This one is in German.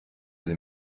sie